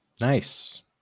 Nice